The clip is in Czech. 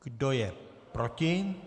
Kdo je proti?